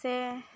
ᱥᱮ